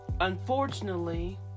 unfortunately